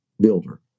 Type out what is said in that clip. builder